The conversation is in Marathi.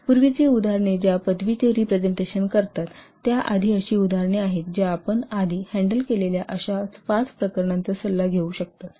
तर पूर्वीची उदाहरणे ज्या डिग्रीचे रिप्रेझेन्टेशन करतात त्या आधी अशी उदाहरणे आहेत ज्या आपण आधी हॅण्डल गेलेल्या अशाच प्रकरणांचा सल्ला घेऊ शकतात